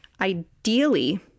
Ideally